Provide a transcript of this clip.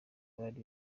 bari